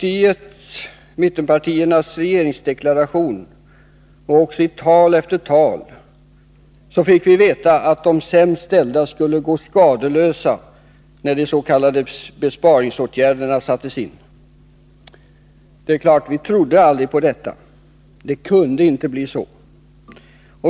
I mittenpartiernas regeringsdeklaration och i tal efter tal fick vi nämligen veta att de sämst ställda skulle gå skadeslösa när de s.k. besparingsåtgärderna sattes in. Vi trodde naturligtvis aldrig på detta. Det kunde inte bli så.